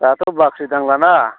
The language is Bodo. दाथ' बाख्रि दांला ना